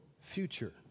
future